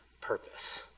purpose